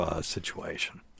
situation